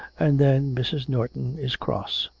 and then mrs. norton is cross.